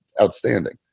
outstanding